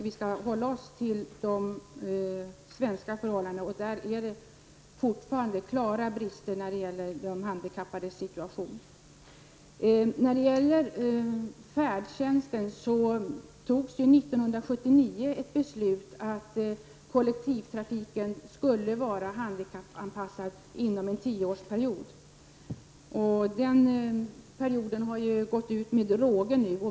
Vi skall hålla oss till de svenska förhållandena, och här finns det fortfarande klara brister när det gäller de handikappades situation. År 1979 fattades ett beslut om att kollektivtrafiken inom en tioårsperiod skulle vara handikappanpassad. Den perioden har nu gått ut med råge.